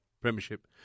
premiership